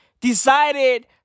Decided